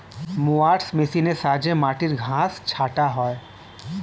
mowers মেশিনের সাহায্যে মাটির ঘাস ছাঁটা হয়